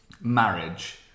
marriage